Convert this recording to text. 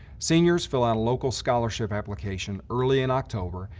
seniors fill out a local scholarship application early in october,